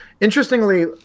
Interestingly